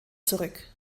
zurück